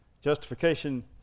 justification